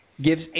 gives